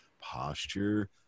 posture